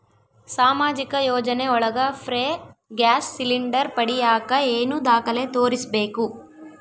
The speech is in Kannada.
ಸಾಮಾಜಿಕ ಯೋಜನೆ ಒಳಗ ಫ್ರೇ ಗ್ಯಾಸ್ ಸಿಲಿಂಡರ್ ಪಡಿಯಾಕ ಏನು ದಾಖಲೆ ತೋರಿಸ್ಬೇಕು?